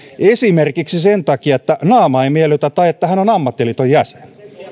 esimerkiksi sen takia että naama ei miellytä tai että hän on ammattiliiton jäsen